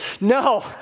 No